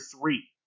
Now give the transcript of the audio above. three